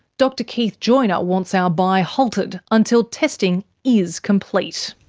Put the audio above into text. dr keith joiner wants our buy halted until testing is complete.